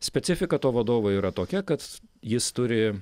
specifika to vadovo yra tokia kad jis turi